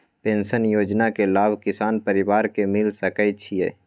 Pension योजना के लाभ किसान परिवार के मिल सके छिए?